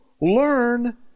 learn